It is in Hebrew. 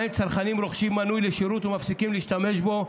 שבהם צרכנים רוכשים מנוי לשירות ומפסיקים להשתמש בו,